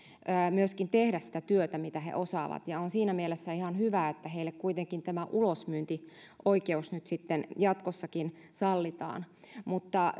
myöskin tehdä sitä työtä mitä he osaavat ja on siinä mielessä ihan hyvä että heille kuitenkin tämä ulosmyyntioikeus nyt jatkossakin sallitaan mutta